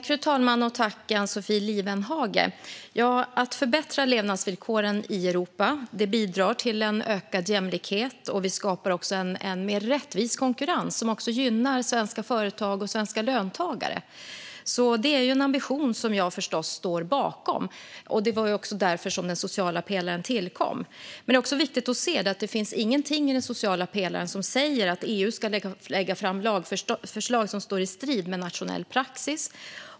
Fru talman! Tack för frågan, Ann-Sofie Lifvenhage! Att förbättra levnadsvillkoren i Europa bidrar till en ökad jämlikhet. Det skapar också en mer rättvis konkurrens, som även gynnar svenska företag och svenska löntagare. Det är en ambition som jag förstås står bakom, och det var också därför den sociala pelaren tillkom. Men det är också viktigt att se att det inte finns någonting i den sociala pelaren som säger att EU ska lägga fram lagförslag som står i strid med nationell praxis.